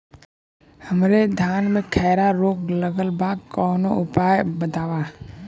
हमरे धान में खैरा रोग लगल बा कवनो उपाय बतावा?